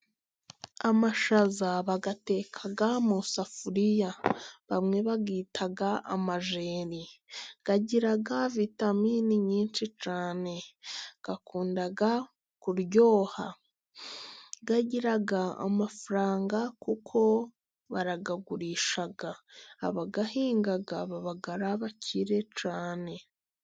Amashaza bayateka mu isafuriya. Bamwe bayitaga amajyeri. Agira vitaminini nyinshi cyane. Akunda kuryoha. Agira amafaranga, kuko barayagurisha. Abayahinga baba abakire cyane.